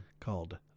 called